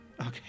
Okay